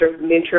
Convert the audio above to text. mentor